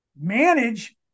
manage